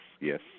yes